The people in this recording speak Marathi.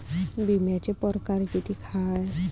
बिम्याचे परकार कितीक हाय?